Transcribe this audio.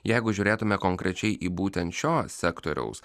jeigu žiūrėtume konkrečiai į būtent šio sektoriaus